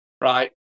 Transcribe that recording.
Right